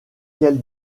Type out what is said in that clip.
quelle